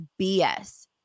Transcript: BS